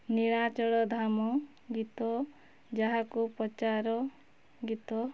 ନୀଳାଚଳ ଧାମ ଗୀତ ଯାହାକୁ ପଚାର ଗୀତ